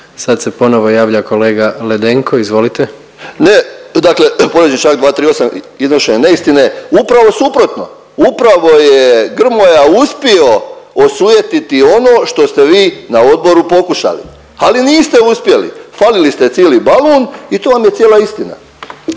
Sad se ponovo javlja kolega Ledenko, izvolite. **Ledenko, Ivica (MOST)** Ne, dakle povrijeđen je čl. 238., iznošenje neistine. Upravo suprotno, upravo je Grmoja uspio osujetiti ono što ste vi na odboru pokušali, ali niste uspjeli, falili ste cili balun i to vam je cijela istina.